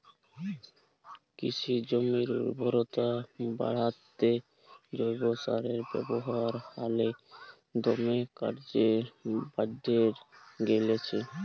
কিসি জমির উরবরতা বাঢ়াত্যে জৈব সারের ব্যাবহার হালে দমে কর্যে বাঢ়্যে গেইলছে